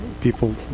people